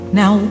now